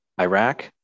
Iraq